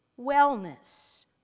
wellness